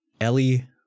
Ellie